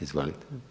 Izvolite.